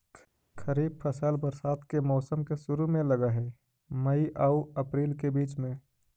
खरीफ फसल बरसात के मौसम के शुरु में लग हे, मई आऊ अपरील के बीच में